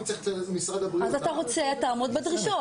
אז אתה רוצה, תעמוד בדרישות.